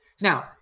Now